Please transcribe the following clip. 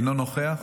אינו נוכח,